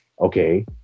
Okay